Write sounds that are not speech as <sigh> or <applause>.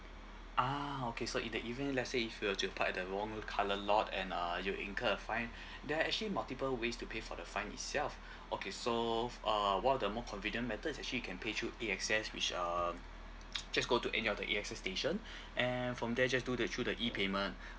ah okay so in the event let's say if you were to park at the wrong colour lot and uh you'll incur a fine <breath> there're actually multiple ways to pay for the fine itself <breath> okay so f~ uh one of the more convenient method is actually can pay through A_X_S which um just go to any of the A_X_S station <breath> and from there just do the through the E payment <breath>